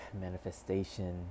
manifestation